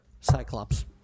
cyclops